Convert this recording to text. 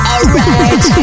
Alright